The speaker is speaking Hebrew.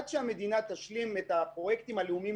עד שהמדינה תשלים את הפרויקטים הלאומיים